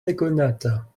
nekonata